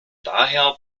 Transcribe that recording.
daher